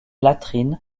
latrines